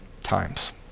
times